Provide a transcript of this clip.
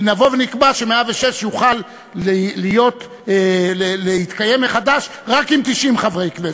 ונבוא ונקבע ש-106 יוכל להתקיים מחדש רק עם 90 חברי כנסת,